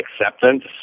acceptance